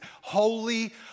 Holy